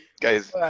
guys